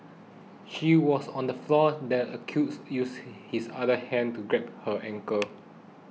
she was on the floor the accused used his other hand to grab her ankle